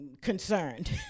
concerned